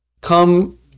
come